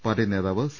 party നേതാവ് C